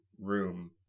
room